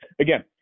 again